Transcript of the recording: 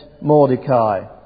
Mordecai